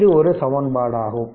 இது ஒரு சமன்பாடு ஆகும்